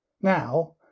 Now